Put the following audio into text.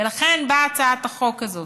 ולכן באה הצעת החוק הזאת.